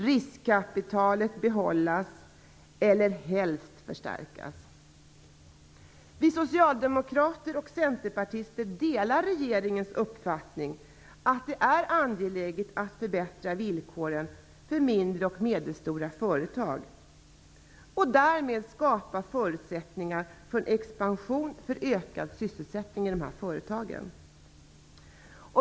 Riskkapitalavdraget behålls eller, helst av allt, förstärks. Vi socialdemokrater och centerpartister delar regeringens uppfattning att det är angeläget att förbättra villkoren för mindre och medelstora företag och därmed skapa förutsättningar för en expansion för ökad sysselsättning i dessa företag.